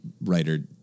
writer